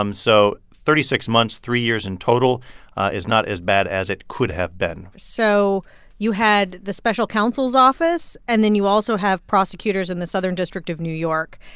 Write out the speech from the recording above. um so thirty six months three years in total is not as bad as it could have been so you had the special counsel's office, and then you also have prosecutors in the southern district of new york.